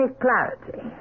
clarity